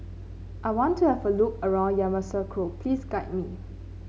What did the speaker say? I want to have a look around Yamoussoukro please guide me